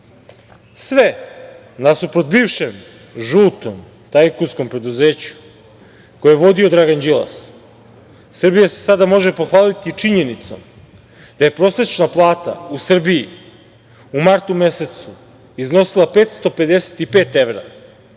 sve nasuprot bivšem žutom tajkunskom preduzeću koje je vodio Dragan Đilas. Srbija se sada može pohvaliti činjenicom da je prosečna plata u Srbiji u martu mesecu iznosila 555 evra,